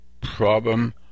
problem